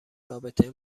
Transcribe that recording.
رابطه